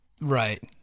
right